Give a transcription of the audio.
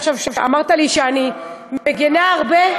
אמרת לי שאני מגינה הרבה,